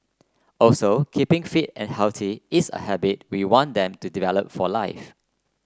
also keeping fit and healthy is a habit we want them to develop for life